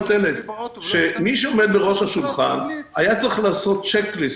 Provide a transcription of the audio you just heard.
שמי שעומד בראש השולחן היה צריך לעשות צ'ק-ליסט